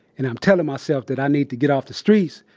and i'm telling myself that i need to get off the streets,